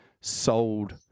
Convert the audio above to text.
sold